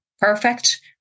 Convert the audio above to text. perfect